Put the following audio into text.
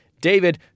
David